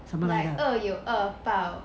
like 恶有恶报